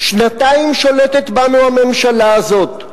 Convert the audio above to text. שנתיים שולטת בנו הממשלה הזאת.